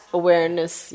awareness